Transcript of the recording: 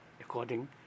according